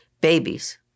babies